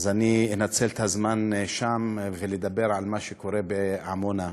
אז אנצל את הזמן שם לדבר על מה שקורה בעמונה,